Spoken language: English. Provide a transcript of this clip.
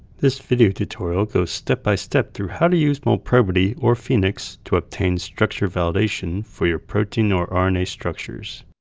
this video tutorial goes step-by-step through how to use molprobity or phenix to obtain structure validation for your protein or um rna structures.